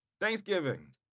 Thanksgiving